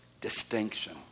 distinction